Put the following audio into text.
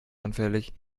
anfällig